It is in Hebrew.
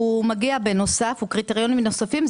הוא מגיע בנוסף עם קריטריונים נוספים.